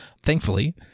Thankfully